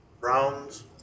rounds